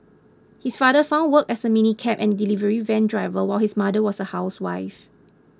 his father found work as a minicab and delivery van driver while his mother was a housewife